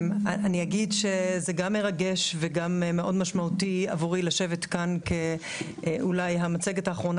אגיד שזה גם מרגש וגם מאוד משמעותי עבורי לשבת כאן כאולי המצגת האחרונה